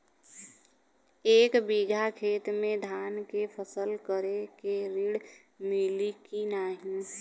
एक बिघा खेत मे धान के फसल करे के ऋण मिली की नाही?